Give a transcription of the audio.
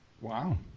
Wow